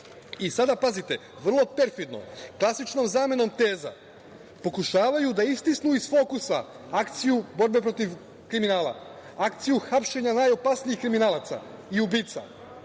i sada, pazite, vrlo perfidno, klasičnom zamenom teza, pokušavaju da istisnu iz fokusa akciju borbe protiv kriminala, akciju hapšenja najopasnijih kriminalaca i ubica.